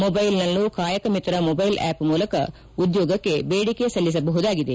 mobile ಮೂಲಕವೂ Kayaka Mitra mobile app ಮೂಲಕ ಉದ್ಯೋಗಕ್ಕೆ ಬೇಡಿಕೆ ಸಲ್ಲಿಸಬಹುದಾಗಿದೆ